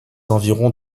environs